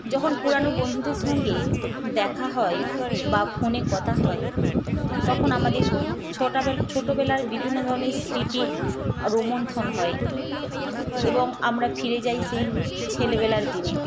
যখন পুরনো বন্ধুদের সঙ্গে দেখা হয় বা ফোনে কথা হয় তখন আমাদের ছোটাবেলা ছোটবেলার বিভিন্ন ধরনের স্মৃতি রোমন্থন হয় এবং আমরা ফিরে যাই সেই ছেলেবেলার দিনে